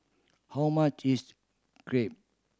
how much is Crepe